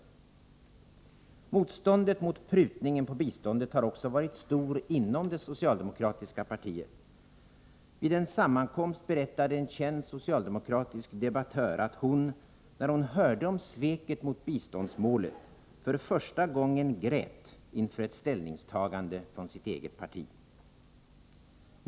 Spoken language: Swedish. Motståndet mot prutningen på biståndet har också varit stort inom det socialdemokratiska partiet. Vid en sammankomst berättade en känd socialdemokratisk debattör, att hon — när hon hörde om sveket mot biståndsmålet — för första gången grät inför ett ställningstagande från sitt eget parti.